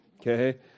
Okay